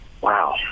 Wow